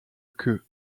queue